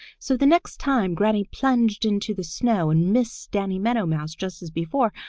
so the next time granny plunged into the snow and missed danny meadow mouse just as before,